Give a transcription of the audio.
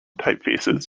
typefaces